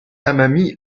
amami